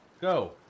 Go